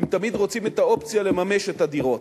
כי הם תמיד רוצים את האופציה לממש את הדירות.